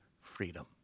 freedom